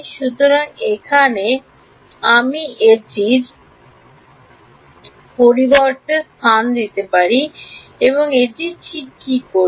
সুতরাং আমি এখানে এটির পরিবর্তে স্থান দিতে পারি এবং আমি এটি ঠিক করি